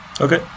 Okay